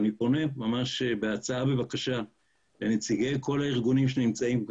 אני פונה בהצעה ובבקשה לנציגי כל הארגונים שנמצאים כאן,